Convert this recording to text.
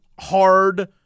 Hard